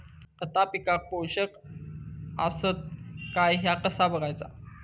खता पिकाक पोषक आसत काय ह्या कसा बगायचा?